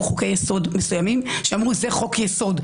חוקי יסוד מסוימים שאמרו: זה חוק יסוד,